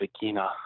beginner